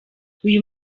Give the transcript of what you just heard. uyu